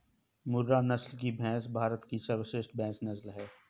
मुर्रा नस्ल की भैंस भारत की सर्वश्रेष्ठ भैंस नस्ल है